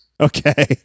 Okay